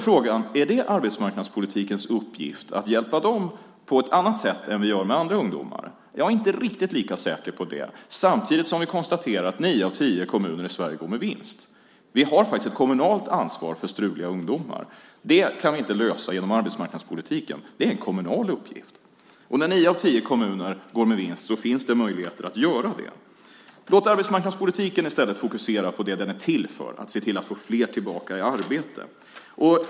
Frågan är: Är det arbetsmarknadspolitikens uppgift att hjälpa dem på ett annat sätt än vi gör med andra ungdomar? Jag är inte riktigt säker på det. Samtidigt konstaterar vi att nio av tio kommuner i Sverige går med vinst. Vi har ett kommunalt ansvar för struliga ungdomar. Det kan vi inte lösa genom arbetsmarknadspolitiken. Det är en kommunal uppgift. När nio av tio kommuner går med vinst finns det möjlighet att göra det. Låt arbetsmarknadspolitiken fokusera på det den är till för, att få fler tillbaka i arbete.